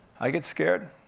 i get scared.